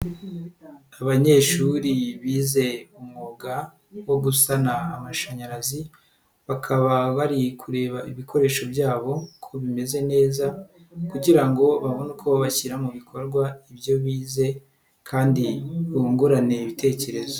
Abanyeshuri bize umwuga wo gusana amashanyarazi, bakaba bari kureba ibikoresho byabo ko bimeze neza kugira ngo babone uko bashyira mu bikorwa ibyo bize kandi bungurane ibitekerezo.